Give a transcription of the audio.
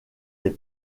des